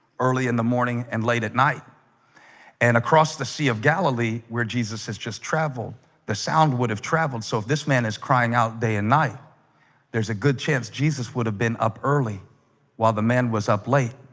early in the morning and late at night and across the sea of galilee where jesus has just traveled the sound would have traveled so if this man is crying out day and night there's a good chance jesus would have been up early while the man was up late